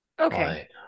okay